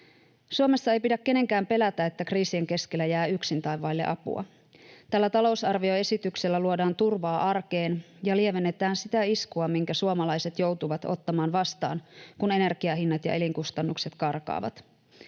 Suomessa ei pidä kenenkään pelätä, että kriisien keskellä jää yksin tai vaille apua. Tällä talousarvioesityksellä luodaan turvaa arkeen ja lievennetään sitä iskua, minkä suomalaiset joutuvat ottamaan vastaan, kun energiahinnat ja elinkustannukset karkaavat.